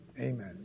Amen